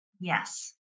Yes